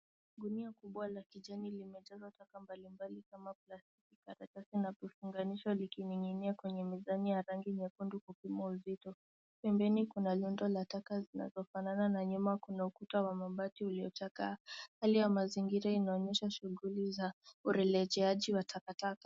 Gunia kubwa la kijani limejaza taka mbalimbali plastiki takataka na kufunganishwa likininginia kwenye mizani ya rangi nyekundu kupima uzito. Pembeni kuna lundo la taka linalofanana na nyuma ukuta wa mabati ulio chakaa. Hali ya mazingira inaonyesha shughuli za urelejiaji wa takataka.